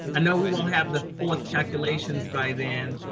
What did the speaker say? i know we won't have the forth calculations by then,